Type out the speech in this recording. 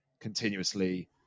continuously